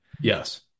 Yes